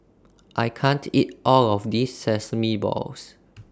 I can't eat All of This Sesame Balls